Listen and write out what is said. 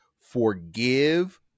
forgive